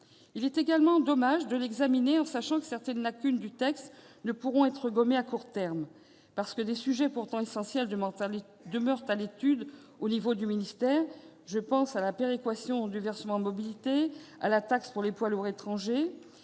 Il est également dommage d'examiner ce projet de loi en sachant que certaines de ses lacunes ne pourront être gommées à court terme ; parce que des sujets, pourtant essentiels, demeurent à l'étude au sein du ministère- je pense à la péréquation du versement mobilité ou encore à la taxe pour les poids lourds étrangers